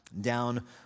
down